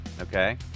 Okay